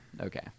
Okay